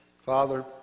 father